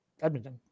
Edmonton